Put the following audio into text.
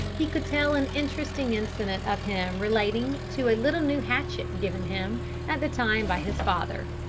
he could tell an interesting incident of him relating to a little new hatchet given him at the time by his father.